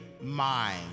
mind